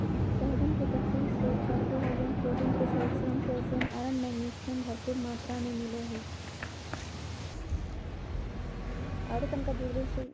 सहजन के पत्ती से carbohydrate, protein, calcium, potassium, iron, magnesium, भरपूर मात्रा में मिलो हइ